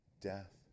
death